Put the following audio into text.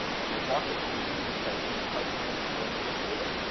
and they blocked us as a nudity site because we had michelangelo's david.